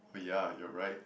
oh yeah you are right